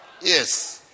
Yes